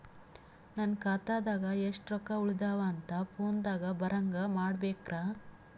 ನನ್ನ ಖಾತಾದಾಗ ಎಷ್ಟ ರೊಕ್ಕ ಉಳದಾವ ಅಂತ ಫೋನ ದಾಗ ಬರಂಗ ಮಾಡ ಬೇಕ್ರಾ?